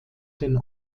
den